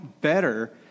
better